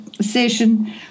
session